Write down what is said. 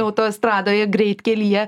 autostradoje greitkelyje